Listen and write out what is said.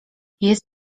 jest